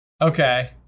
Okay